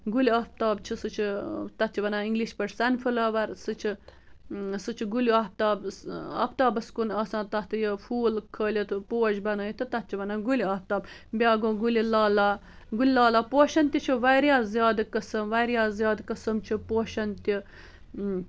گُلہِ آفتاب چھُ سُہ چھُ تٚتھ چھِ ونان اِنگلِش پٲٹھۍ سَنفٕلوَر سُہ چھِ سُہ چھِ گُلہِ آفتاب آفتابس کُنۍ آسان تتھ پھول کھٲلِتھ پوش بنٲوِتھ تتھ چھِ ونان گُلہِ آفتاب بیاکھ گۄ گُلہِ لالہٕ گُلہٕ لالہ پوشن تہِ چھِ واریاہ زیادٕ قٕسِم واریاہ زیادٕ قٕسِم چھِ پوشن تہِ اۭں